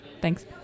Thanks